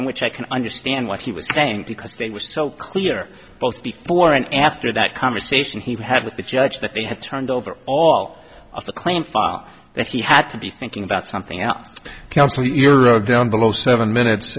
in which i can understand what he was saying because they were so clear both before and after that conversation he had with the judge that they had turned over all of the claim file that he had to be thinking about something else counsel you are down below seven minutes